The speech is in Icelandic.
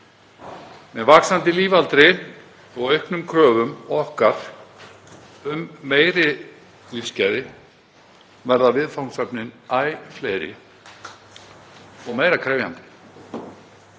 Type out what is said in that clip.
Með vaxandi lífaldri og auknum kröfum okkar um meiri lífsgæði verða viðfangsefnin æ fleiri og meira krefjandi.